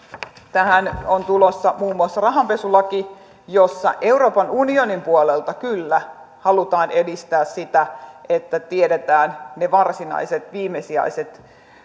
tähän on tulossa muun muassa rahanpesulaki jossa euroopan unionin puolelta kyllä halutaan edistää sitä että tiedetään ne varsinaiset viimesijaiset